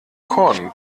korn